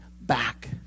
back